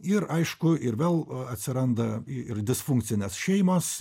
ir aišku ir vėl atsiranda ir disfunkcinės šeimos